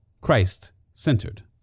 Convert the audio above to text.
Christ-centered